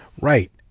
right.